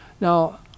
Now